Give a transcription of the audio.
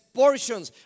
portions